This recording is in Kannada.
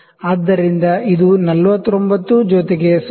ಆದ್ದರಿಂದ ಇದು 49 ಜೊತೆಗೆ 0